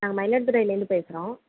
நாங்கள் மயிலாடுதுறையிலேருந்து பேசுகிறோம்